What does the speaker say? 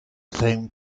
same